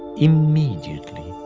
immediately.